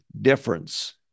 difference